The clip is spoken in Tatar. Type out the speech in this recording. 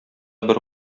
бер